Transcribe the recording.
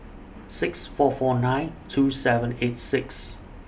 six four four nine two seven eight six